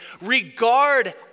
Regard